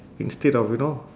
instead of you know